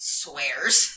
swears